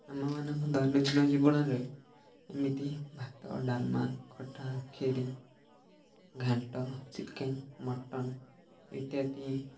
ଆମମାନଙ୍କ ଦୈନନ୍ଦିନ ଜୀବନରେ ଏମିତି ଭାତ ଡାଲମା ଖଟା ଖିରି ଘାଣ୍ଟ ଚିକେନ୍ ମଟନ୍ ଇତ୍ୟାଦି